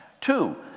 Two